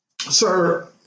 Sir